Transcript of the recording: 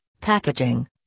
packaging